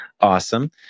Awesome